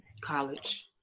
college